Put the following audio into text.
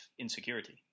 insecurity